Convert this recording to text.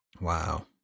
Wow